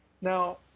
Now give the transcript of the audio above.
Now